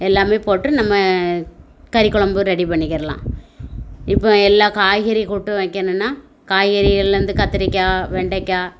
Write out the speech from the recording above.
எல்லாமே போட்டு நம்ப கறிக்கொழம்பு ரெடி பண்ணிக்கிடலாம் இப்போ எல்லா காய்கறி கூட்டு வைக்கணும்னா காய்கறியெல்லாம் இந்த கத்திரிக்காய் வெண்டக்காய்